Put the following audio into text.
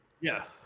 Yes